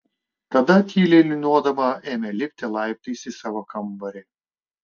tada tyliai niūniuodama ėmė lipti laiptais į savo kambarį